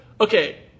okay